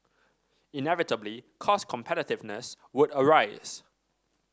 inevitably cost competitiveness would arise